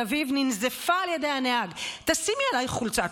אביב ננזפה על ידי הנהג: תשימי עלייך חולצה,